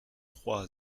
trois